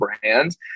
brand